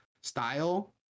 style